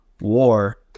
war